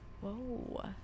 Whoa